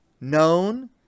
known